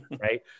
Right